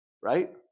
Right